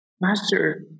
Master